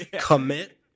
commit